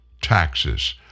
taxes